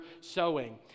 sowing